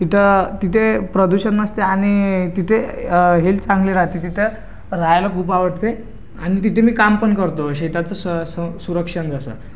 तिथं तिथे प्रदूषण नसते आणि तिथे हेल्थ चांगली राहती तिथं राहायला खूप आवडते आणि तिथे मी काम पण करतो शेताचं स स संरक्षण जसं